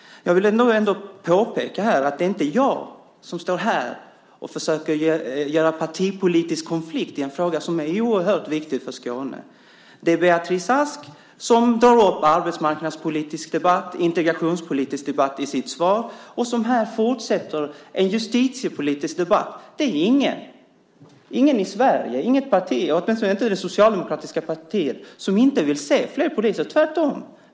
Jag vill ändå påpeka att det inte är jag som står här och försöker göra en partipolitisk konflikt av en fråga som är oerhört viktig för Skåne. Det är Beatrice Ask som drar upp en arbetsmarknadspolitisk debatt och en integrationspolitisk debatt i sitt svar och här fortsätter en justitiepolitisk debatt. Det finns ingen i Sverige och inget parti, åtminstone inte det socialdemokratiska partiet, som inte vill se fler poliser - tvärtom.